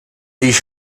ich